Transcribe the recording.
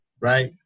right